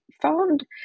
found